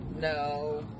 No